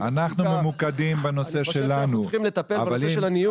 אני חושב שאנחנו צריכים לטפל בנושא של הניוד.